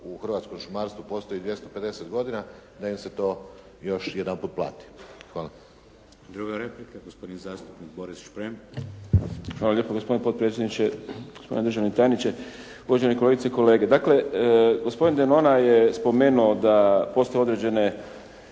u hrvatskom šumarstvu postoji 250 godina da im se to još jedanput plati. Hvala. **Šeks, Vladimir (HDZ)** Druga replika gospodin zastupnik Boris Šprem. **Šprem, Boris (SDP)** Hvala lijepo. Gospodine potpredsjedniče, gospodine državni tajniče, uvažene kolegice i kolege. Dakle, gospodin Denona je spomenuo da postoje određene